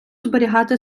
зберігати